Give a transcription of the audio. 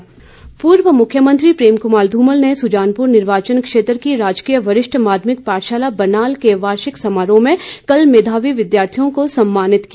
धुमल पूर्व मुख्यमंत्री प्रेम कुमार धूमल ने सुजानपुर निर्वाचन क्षेत्र की राजकीय वरिष्ठ माध्यमिक पाठशाला बनाल के वार्षिक समारोह में कल मेधावी विद्यार्थियों को सम्मानित किया